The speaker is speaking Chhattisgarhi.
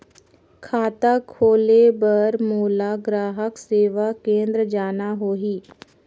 खाता खोले बार मोला ग्राहक सेवा केंद्र जाना होही?